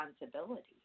responsibility